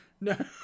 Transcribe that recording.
no